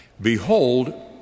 Behold